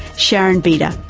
sharon beder,